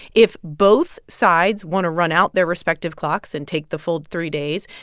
if both sides want to run out their respective clocks and take the full three days,